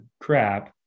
crap